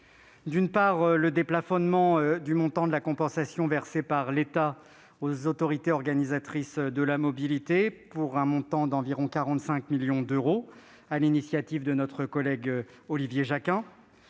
: premièrement, le déplafonnement du montant de la compensation versée par l'État aux autorités organisatrices de la mobilité, pour un montant d'environ 45 millions d'euros, sur l'initiative de notre collègue Olivier Jacquin